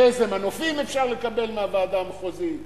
ואיזה מנופים אפשר לקבל מהוועדה המחוזית.